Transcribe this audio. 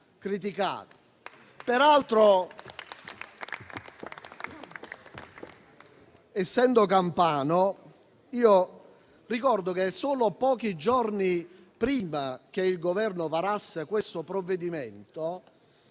Peraltro, essendo campano, ricordo che solo pochi giorni prima che il Governo varasse questo provvedimento,